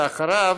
ואחריו,